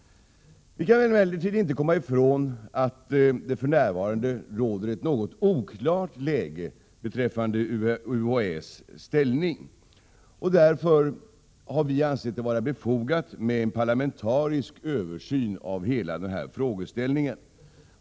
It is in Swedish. Vi kan emellertid inte komma ifrån att det för närvarande råder ett något oklart läge beträffande UHÄ:s ställning. Därför har vi ansett det vara befogat med en parlamentarisk översyn av hela denna frågeställning.